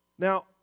Now